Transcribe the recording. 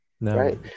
Right